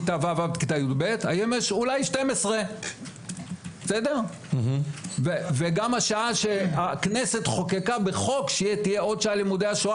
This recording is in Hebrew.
אנחנו תמיד אמרנו שהמבחנים זה לא תכלית הכל ולא